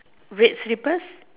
red slippers